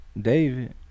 david